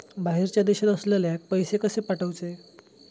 बाहेरच्या देशात असलेल्याक पैसे कसे पाठवचे?